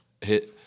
hit